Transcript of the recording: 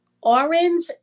orange